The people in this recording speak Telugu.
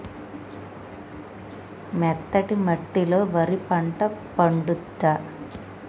మెత్తటి మట్టిలో వరి పంట పండుద్దా?